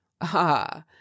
Ah